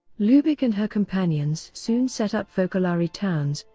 lubich and her companions soon set up focolare towns,